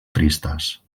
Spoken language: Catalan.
tristes